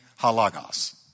halagos